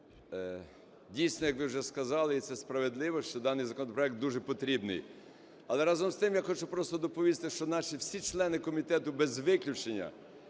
Дійсно, як ви вже сказали, і це справедливо, що даний законопроект дуже потрібний. Але разом з тим я хочу просто доповісти, що наші всі члени комітету без виключення